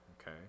okay